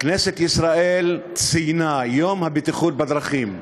כנסת ישראל ציינה: יום הבטיחות בדרכים.